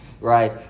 Right